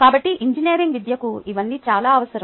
కాబట్టి ఇంజనీరింగ్ విద్యకు ఇవన్నీ చాలా అవసరం